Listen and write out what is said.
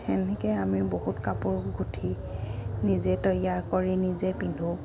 তেনেকৈ আমি বহুত কাপোৰ গুঠি নিজে তৈয়াৰ কৰি নিজে পিন্ধোঁ